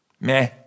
meh